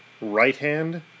right-hand